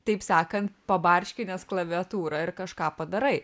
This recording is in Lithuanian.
taip sakant pabarškinęs klaviatūrą ir kažką padarai